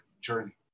journey